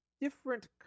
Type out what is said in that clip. different